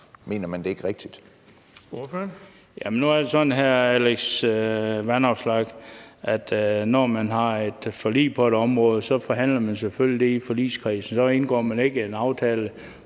Bent Bøgsted (DF): Jamen nu er det sådan, hr. Alex Vanopslagh, at når man har et forlig på et område, forhandler man det selvfølgelig i forligskredsen – så indgår man ikke en aftale